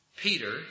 Peter